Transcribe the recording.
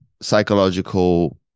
psychological